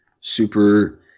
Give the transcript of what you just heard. super